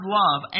love